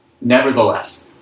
Nevertheless